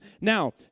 Now